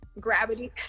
gravity